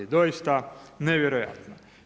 Doista nevjerojatno.